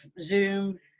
zoom